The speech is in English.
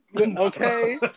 Okay